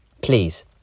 Please